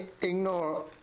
ignore